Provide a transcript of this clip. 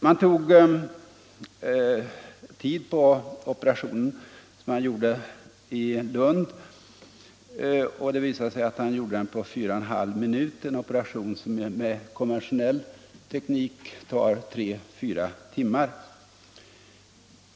Man tog tid på operationen, som han utförde i Lund, och det visade sig att han gjorde den på 4 och en halv minuter — en operation som med konventionell teknik tar 3-4 timmar.